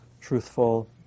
truthful